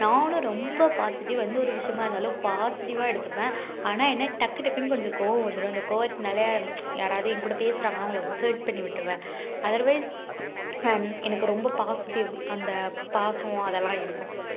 நானும் ரொம்ப பாசிட்டிவாக எந்தவொரு விஷயமாருந்தாலும் பாசிட்டிவாக எடுத்துப்பேன் ஆனால் என்ன டக்கு டக்குன்னு கொஞ்சம் கோவம் வந்துடும் அந்த கோவத்தினால யாராவது என் கூட பேசுகிறாங்கன்னா அவங்கள ஹேர்ட் பண்ணி விட்ருவேன் அதர்வைஸ் எனக்கு ரொம்ப பாசிட்டிவ் அந்த பாசம் அதலாம் இருக்கும்